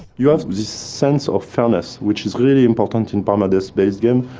you have this sense of fairness which is really important in permadeath-based game.